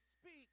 speak